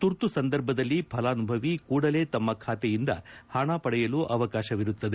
ತುರ್ತು ಸಂದರ್ಭದಲ್ಲಿ ಫಲಾನುಭವಿ ಕೂಡಲೇ ತಮ್ನ ಖಾತೆಯಿಂದ ಪಣ ಪಡೆಯಲು ಅವಕಾಶವಿರುತ್ತದೆ